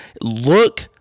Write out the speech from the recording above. Look